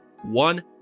one